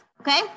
Okay